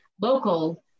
local